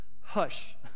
hush